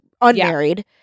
unmarried